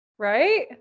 Right